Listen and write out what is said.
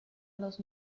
los